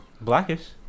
Blackish